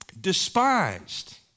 despised